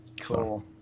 Cool